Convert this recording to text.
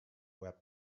were